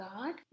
God